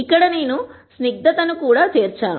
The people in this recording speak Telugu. ఇక్కడ నేను స్నిగ్ధతను కూడా చేర్చాను